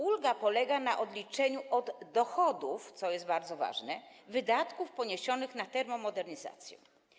Ulga polega na odliczeniu od dochodów, co jest bardzo ważne, wydatków poniesionych na termomodernizację.